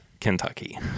Kentucky